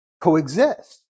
coexist